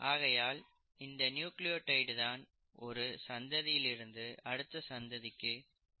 ஆகையால் இந்த நியூக்ளியோடைடு தான் ஒரு சந்ததியிலிருந்து அடுத்த சந்ததிக்கு தகவலை கடத்துகிறது